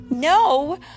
No